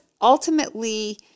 ultimately